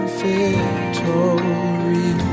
victory